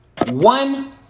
one